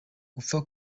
gupfa